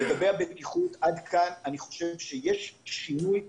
לגבי הבטיחות, עד כאן יש שינוי בשטח,